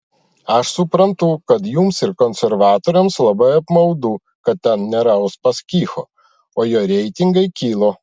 aš suprantu kad jums ir konservatoriams labai apmaudu kad ten nėra uspaskicho o jo reitingai kilo